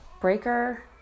breaker